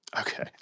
Okay